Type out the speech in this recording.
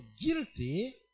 guilty